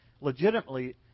legitimately